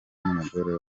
numugore